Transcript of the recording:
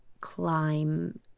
climb